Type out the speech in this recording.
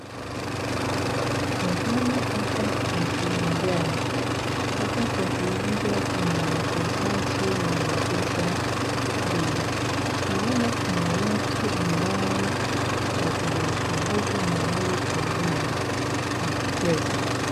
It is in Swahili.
Mahali hapa ni kiwanjani. Hapa kwa kiwanja kuna wachezaji wanacheza mpira. Tunaona kuna watu ambao wakona upungufu mahali kwa mwili wakicheza.